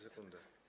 Sekundę.